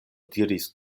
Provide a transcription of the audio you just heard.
diris